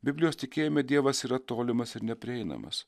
biblijos tikėjime dievas yra tolimas ir neprieinamas